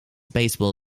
baseball